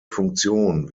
funktion